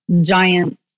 giant